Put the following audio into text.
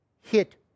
Hit